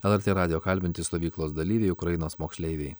lrt radijo kalbinti stovyklos dalyviai ukrainos moksleiviai